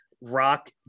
rock